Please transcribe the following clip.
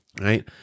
right